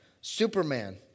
Superman